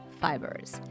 fibers